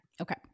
Okay